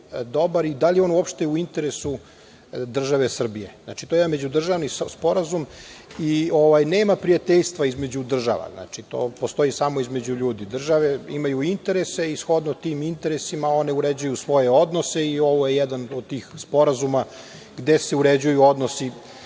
i da li je on uopšte u interesu države Srbije. Znači, to je međudržavni sporazum i nema prijateljstva između država, znači, to postoji samo između ljudi. Države imaju interesa i shodno interesima one uređuju svoje odnose i ovo je jedan od tih sporazuma gde se uređuju odnosi